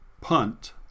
punt